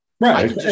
Right